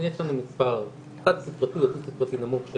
יש לנו מספר חד ספרתי או דו ספרתי נמוך של